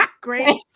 great